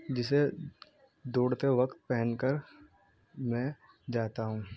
جسے دوڑتے وقت پہن کر میں جاتا ہوں